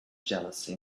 jealousy